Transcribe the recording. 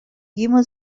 گیمو